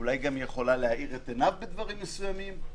אולי גם יכולה להאיר את עיניו בדברים מסוימים,